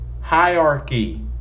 hierarchy